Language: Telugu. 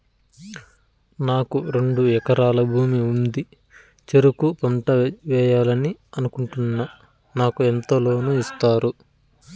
నాకు రెండు ఎకరాల భూమి ఉంది, చెరుకు పంట వేయాలని అనుకుంటున్నా, నాకు ఎంత లోను ఇస్తారు?